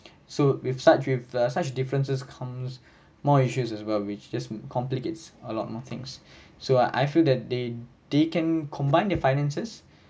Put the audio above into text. so with such with uh such differences comes more issues as well which just complicates a lot more things so I feel that they they can combine their finances